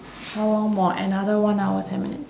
how long more another one hour ten minutes